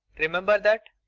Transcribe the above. remember that.